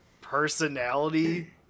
personality